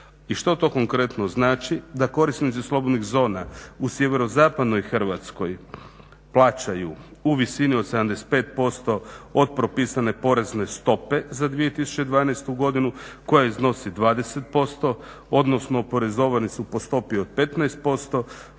I što to konkretno znači? Da korisnici slobodnih zona u sjeverozapadnoj Hrvatskoj plaćaju u visini od 75% od propisane porezne stope za 2012. godinu koja iznosi 20%, odnosno oporezovani su po stopi od 15%,